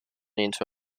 into